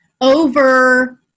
Over